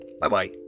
bye-bye